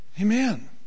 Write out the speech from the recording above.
Amen